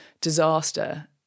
disaster